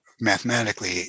mathematically